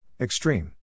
Extreme